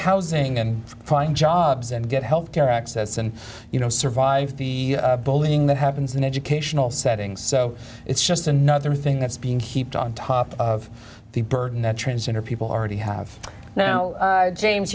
housing and find jobs and get health care access and you know survive the bullying that happens in educational settings so it's just another thing that's being heaped on top of the burden that transgender people already have now james